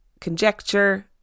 conjecture